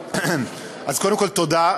אז קודם כול, תודה.